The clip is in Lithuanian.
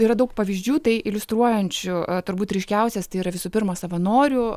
yra daug pavyzdžių tai iliustruojančių turbūt ryškiausias tai yra visų pirma savanorių